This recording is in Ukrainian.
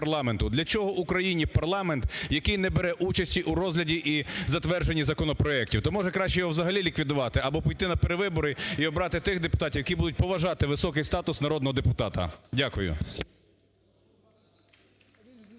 Для чого Україні парламент, який не бере участі у розгляді і затвердженні законопроектів? То може краще його взагалі ліквідувати або піти на перевибори і обрати тих депутатів, які будуть поважати високий статус народного депутата. Дякую.